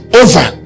over